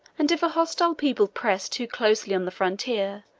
and if a hostile people pressed too closely on the frontier,